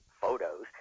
photos